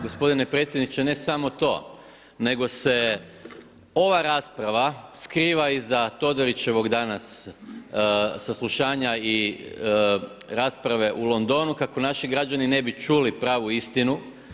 Gospodine predsjedniče, ne samo to nego se ova rasprava skriva iza Todorićevog danas saslušanja i rasprave u Londonu kako naši građani ne bi čuli pravu istinu.